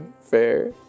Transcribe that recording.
fair